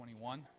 21